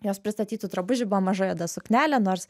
jos pristatytų drabužių buvo maža juoda suknelė nors